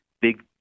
big